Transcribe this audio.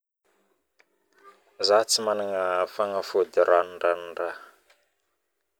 Zaho tsy managna fagnafody ranondranondraha